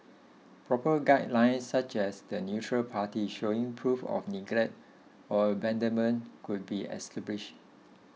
proper guidelines such as the neutral party showing proof of neglect or abandonment could be established